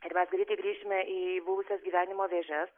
ir mes greitai grįšime į buvusias gyvenimo vėžes